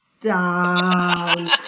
down